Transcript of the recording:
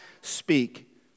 speak